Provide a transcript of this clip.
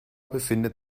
befindet